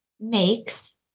makes